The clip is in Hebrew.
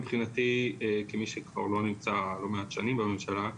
מבחינתי כמי שכבר לא נמצא לא מעט שנים בממשלה,